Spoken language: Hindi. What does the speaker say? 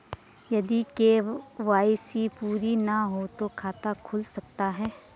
यदि के.वाई.सी पूरी ना हो तो खाता खुल सकता है?